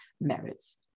merits